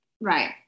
Right